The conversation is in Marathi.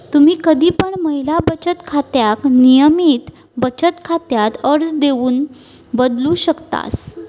तुम्ही कधी पण महिला बचत खात्याक नियमित बचत खात्यात अर्ज देऊन बदलू शकतास